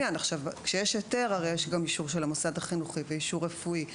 כשיש היתר יש גם אישור של המוסד החינוכי ואישור רפואי.